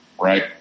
right